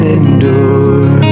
endure